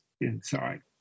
inside